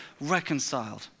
Reconciled